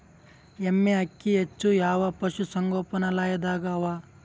ಎಮ್ಮೆ ಅಕ್ಕಿ ಹೆಚ್ಚು ಯಾವ ಪಶುಸಂಗೋಪನಾಲಯದಾಗ ಅವಾ?